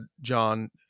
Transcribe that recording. John